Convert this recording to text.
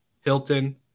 Hilton